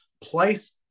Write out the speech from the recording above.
place